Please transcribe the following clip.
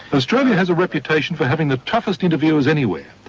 australia has a reputation for having the toughest interviewers anywhere,